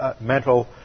mental